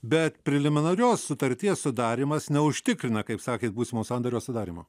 bet preliminarios sutarties sudarymas neužtikrina kaip sakėt būsimo sandorio sudarymo